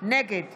נגד